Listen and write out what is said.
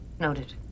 Noted